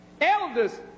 Elders